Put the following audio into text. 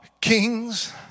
kings